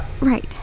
Right